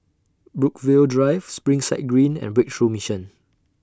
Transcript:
Brookvale Drive Springside Green and Breakthrough Mission